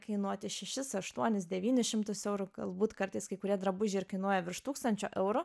kainuoti šešis aštuonis devynis šimtus eurų galbūt kartais kai kurie drabužiai ir kainuoja virš tūkstančio eurų